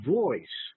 voice